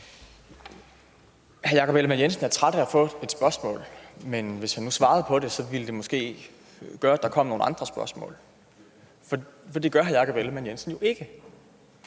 Hr. Jakob Ellemann-Jensen siger, at han er træt af at få et spørgsmål. Men hvis han nu svarede, ville det måske gøre, at der kom nogle andre spørgsmål. Men det gør hr. Jakob Ellemann-Jensen ikke.